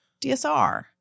DSR